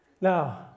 Now